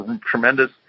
tremendous